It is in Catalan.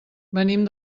venim